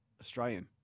Australian